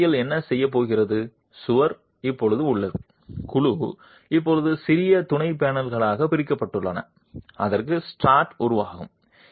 அடிப்படையில் என்ன செய்யப் போகிறது சுவர் இப்போது உள்ளது குழு இப்போது சிறிய துணை பேனல்களாக பிரிக்கப்பட்டுள்ளது அதற்குள் ஸ்ட்ரட் உருவாகும்